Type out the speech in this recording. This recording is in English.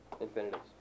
infinitives